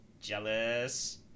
Jealous